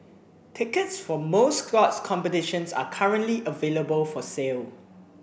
tickets for most scores competitions are currently available for sale